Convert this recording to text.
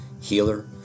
healer